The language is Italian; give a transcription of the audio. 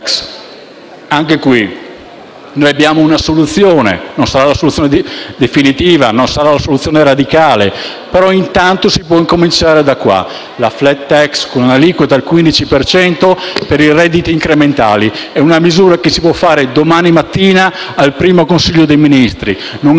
tax*, noi abbiamo una soluzione; non sarà la soluzione definitiva e radicale, ma intanto si può cominciare da qui. La *flat tax*, con un'aliquota al 15 per cento per i redditi incrementali: è una misura che si può fare domani mattina, al primo Consiglio dei ministri; non ha bisogno di coperture